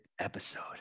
episode